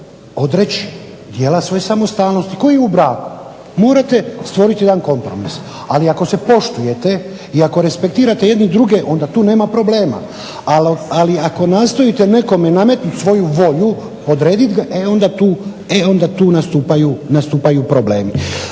odreći dijela svoje samostalnosti, kao i u braku. Morate stvoriti jedan kompromis. Ali ako se poštujete i respektirate jedni druge onda tu nema problema ali ako nastojite nekome nametnuti svoju volju, podrediti ga i onda tu nastupaju problemi.